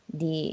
di